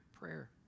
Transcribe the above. prayer